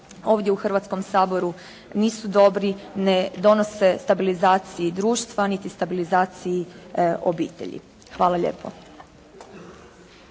ovdje u Hrvatskom saboru nisu dobri, ne donose stabilizaciji društva, niti stabilizaciji obitelji. Hvala lijepo.